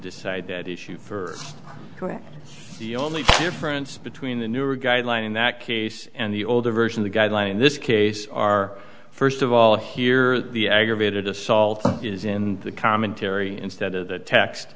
decide that issue for the only difference between the newer guideline in that case and the older version the guideline in this case are first of all here the aggravated assault is in the commentary instead of the text